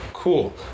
cool